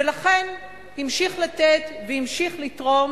ולכן המשיך לתת והמשיך לתרום,